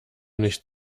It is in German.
nicht